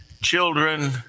children